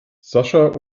sascha